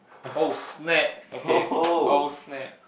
oh snap okay oh snap